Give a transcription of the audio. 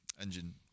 engine